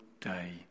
day